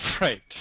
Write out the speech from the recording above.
Right